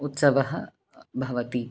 उत्सवः भवति